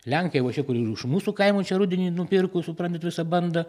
lenkai va čia kur ir iš mūsų kaimo čia rudenį nupirko suprantat visą bandą